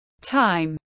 time